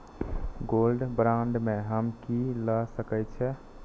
Gold bond में हम की ल सकै छियै?